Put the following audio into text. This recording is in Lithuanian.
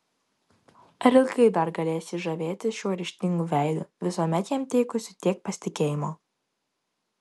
ar ilgai dar galės jis žavėtis šiuo ryžtingu veidu visuomet jam teikusiu tiek pasitikėjimo